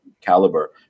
caliber